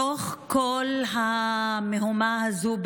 בתוך כל המהומה הזאת,